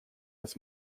was